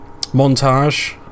montage